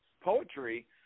poetry